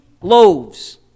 loaves